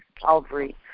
Calvary